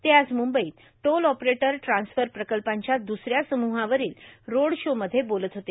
ते आज मुंबईत टोल ऑपरेट ट्रान्सफर प्रकल्पांच्या दुसऱ्या समुहावरील रोड शोमध्ये बोलत होते